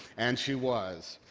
and she was.